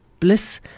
Bliss